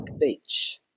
beach